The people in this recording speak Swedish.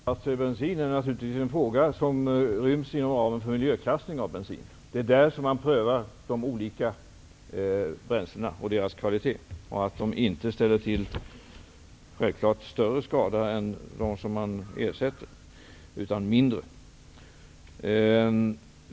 Herr talman! Det senare problemet, med olika nya tillsatser i bensinen, är en fråga som ryms inom ramen för miljöklassning av bensin. Det är i samband med miljöklassningen som man prövar de olika bränslena och deras kvalitet, dvs. att de inte ställer till större skada än de sorter man ersätter, utan i stället mindre.